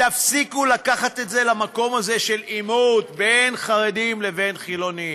תפסיקו לקחת את זה למקום הזה של עימות בין חרדים לבין חילונים.